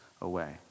away